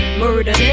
murder